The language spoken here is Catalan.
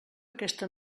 aquesta